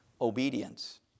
obedience